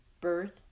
birth